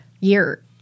year